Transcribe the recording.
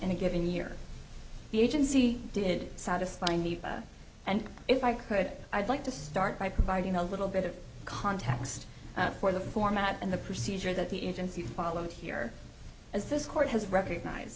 a given year the agency did satisfy need and if i could i'd like to start by providing a little bit of context for the format and the procedure that the agency followed here as this court has recognize